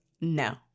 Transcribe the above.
no